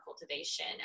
Cultivation